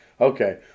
Okay